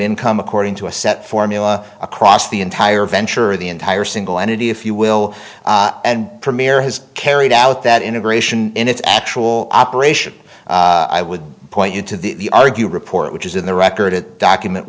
income according to a set formula across the entire venture of the entire single entity if you will and premier has carried out that integration in its actual operation i would point you to the argue report which is in the record document